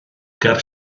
ger